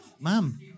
Ma'am